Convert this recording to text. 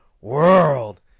World